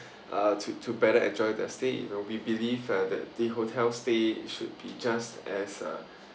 uh to to better enjoy their stay you know we believe uh that the hotel stay should be just as uh